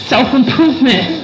self-improvement